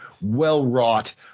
well-wrought